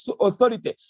authority